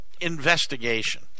investigation